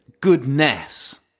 goodness